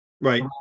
Right